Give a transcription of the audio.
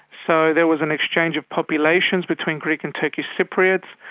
so there was an exchange of populations between greek and turkish cypriots.